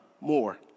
more